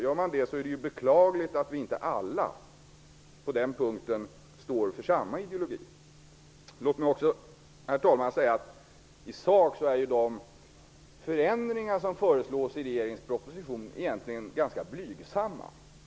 Gör man det är det beklagligt att vi inte alla på den punkten står för samma ideologi. Herr talman! I sak är de förändringar som föreslås i regeringens proposition egentligen ganska blygsamma.